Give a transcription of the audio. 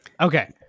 okay